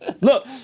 look